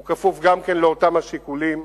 הוא כפוף גם לאותם השיקולים,